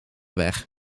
weg